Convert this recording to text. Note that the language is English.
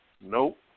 Nope